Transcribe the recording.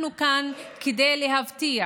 אנחנו כאן כדי להבטיח